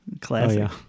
Classic